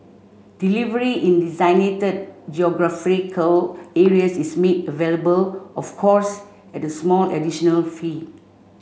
delivery in designated geographical areas is made available of course at small additional fee